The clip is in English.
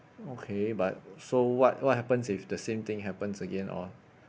okay but so what what happens if the same thing happens again or